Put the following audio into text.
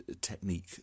technique